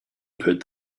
put